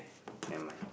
never mind